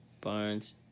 Barnes